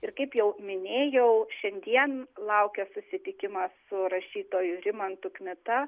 ir kaip jau minėjau šiandien laukia susitikimas su rašytoju rimantu kmita